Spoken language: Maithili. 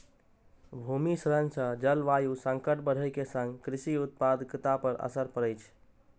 भूमि क्षरण सं जलवायु संकट बढ़ै के संग कृषि उत्पादकता पर असर पड़ै छै